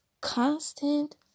constant